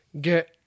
get